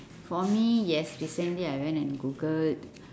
for me yes recently I went and googled